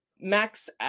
Max